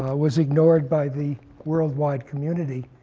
was ignored by the worldwide community.